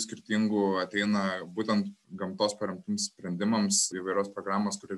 skirtingų ateina būtent gamtos paremtiems sprendimams įvairios programos turi